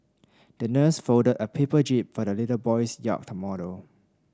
the nurse folded a paper jib for the little boy's yacht model